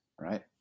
right